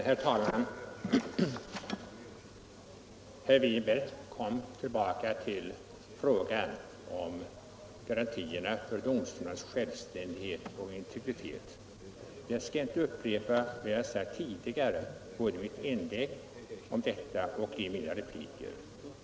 Herr talman! Herr Winberg kom tillbaka till frågan om garantierna för domstolens självständighet och integritet. Jag skall inte upprepa vad jag har sagt om detta tidigare i mitt inlägg och i mina repliker.